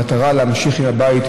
המטרה להמשיך עם הבית,